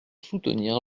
soutenir